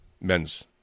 Men's